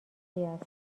است